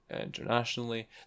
internationally